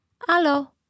Hello